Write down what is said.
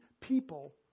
people